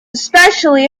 especially